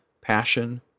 passion